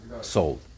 sold